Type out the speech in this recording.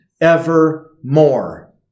evermore